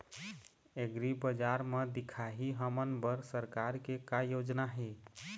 एग्रीबजार म दिखाही हमन बर सरकार के का योजना हे?